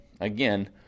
again